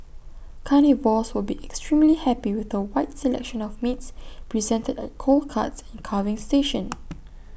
carnivores would be extremely happy with A wide selection of meats presented at cold cuts and carving station